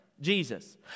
Jesus